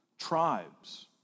tribes